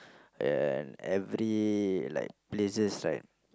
and every like places right